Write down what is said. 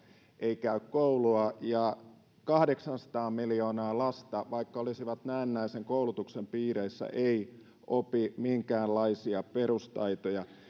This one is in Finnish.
ei käy koulua ja kahdeksansataa miljoonaa lasta vaikka olisivat näennäisen koulutuksen piirissä ei opi minkäänlaisia perustaitoja